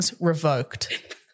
revoked